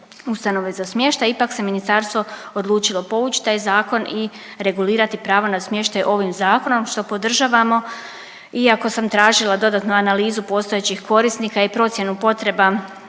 ustanove za smještaj. Ipak se ministarstvo odlučilo povući taj zakon i regulirati pravo n smještaj ovim zakonom što podržavamo, iako sam tražila dodatnu analizu postojećih korisnika i procjenu potreba